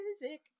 music